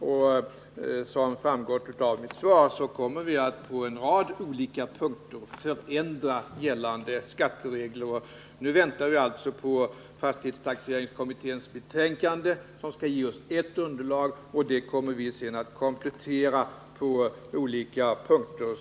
Och som framgår av mitt svar kommer vi på en rad punkter att förändra gällande skatteregler. Nu väntar vi alltså på fastighetstaxeringskommitténs betänkande, som skall ge oss ett underlag, och det kommer vi sedan att komplettera på olika områden.